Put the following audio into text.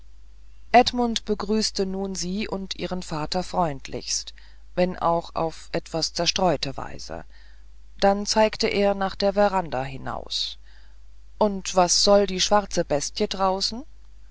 edmund begrüßte nun sie und ihren vater freundlichst wenn auch auf etwas zerstreute weise dann zeigte er nach der veranda hinaus und was soll die schwarze bestie draußen